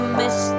miss